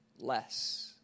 less